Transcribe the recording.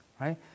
right